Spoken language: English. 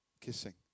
kissing